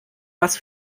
was